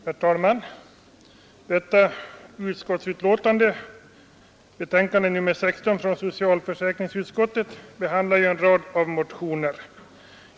Herr talman! Detta utskottsbetänkande, nr 16 från socialförsäkringsutskottet, behandlar en rad motioner.